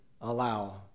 allow